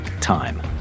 time